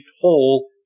hole